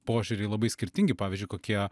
požiūriai labai skirtingi pavyzdžiui kokie